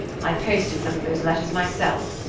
i posted some of those letters myself.